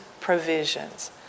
provisions